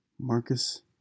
Marcus